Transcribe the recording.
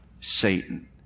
Satan